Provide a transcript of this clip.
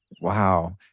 Wow